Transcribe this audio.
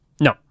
No